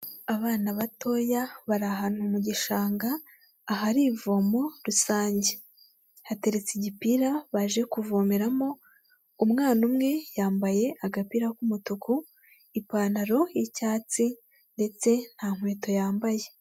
Abana batoya bari ahantu mu gishanga, ahari ivomo rusange hateretse igipira baje kuvomeramo, umwana umwe yambaye agapira k'umutuku ipantaro y'icyatsi ndetse nta nkweto yambaye.